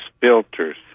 filters